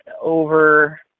over